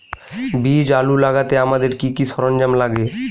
বীজ আলু লাগাতে আমাদের কি কি সরঞ্জাম লাগে?